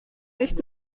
nicht